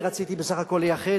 אני רציתי בסך הכול לייחד,